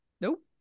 Nope